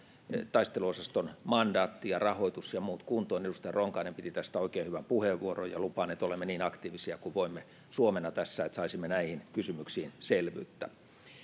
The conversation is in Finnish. taisteluosaston mandaatti ja rahoitus ja muut kuntoon edustaja ronkainen piti tästä oikein hyvän puheenvuoron ja lupaan että olemme niin aktiivisia kuin voimme suomena tässä olla että saisimme näihin kysymyksiin selvyyttä